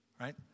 Right